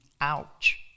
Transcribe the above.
Ouch